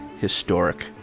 Historic